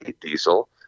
diesel